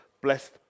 blessed